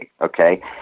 Okay